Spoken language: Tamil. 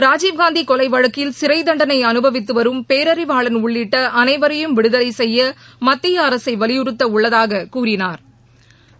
ராஜீவ்காந்தி கொலை வழக்கில் சிறை தண்டனை அனுபவித்து வரும் பேரறிவாளன் உள்ளிட்ட அனைவரையும் விடுதலை செய்ய மத்திய அரசை வலியுறுத்த உள்ளதாக கூறினாா்